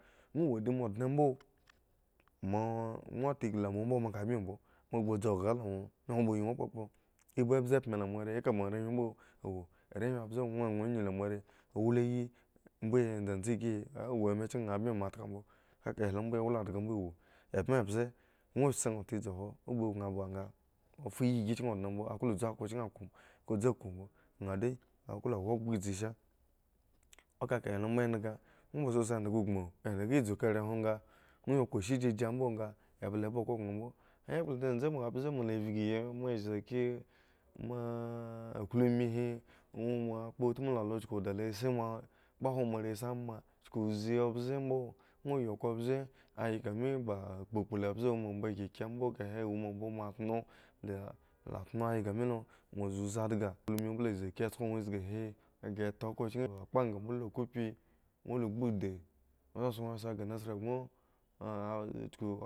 Dwo wo adimoa dne mbo moa ŋwo ta ngli la moa mbo bmi mbo moa ba dzu kha la nwo ŋwo kpha nyun kpopo ibu mbze ppma la moarehwin eka moarehwin mbo awo arehwin mbze won won anyu la moare awliya bwo he dzedze geyi awo ama chiki abmi moa tka mbo ekaka he lo mbo ewla endgha mbo wo ebme mbze ŋwo si nha ta idzi hwo ogbu omba baŋ ba nga a fu yi chu eki dne awo akho chki aku mbo a kli du aku mbo nha de aklo wa oghgha iszi sha ekaka lo mbo endhga ŋwosa si endhga gbo endhga dzu ka are hwon nga ŋwo ya kposhi gi agi mbo nga a bli ba okhro gŋo nga mbo ekplo dzendze moa mbze l vki moa zagi moa a glumihi ŋwo moa kpo utmu la lo uchuku da lo si moa a kpohwo moare a siama chuku uzi mbze mbo msa yi khro mbze ayga me ba kpukplu mbze wo ma mbo kyekye mbo kahe woma mbo moa dno la dno ayga melo moa zi uzi andhga nkliye mbo la zi sko dwo khre zga he ta khro chki angbaga mbole akubi mble gbudi nga sa sko ghre nassarwa eggon uchuku.